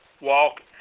walk